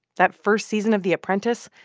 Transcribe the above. that first season of the apprentice,